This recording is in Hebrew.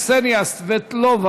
חברת הכנסת קסניה סבטלובה,